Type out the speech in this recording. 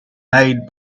made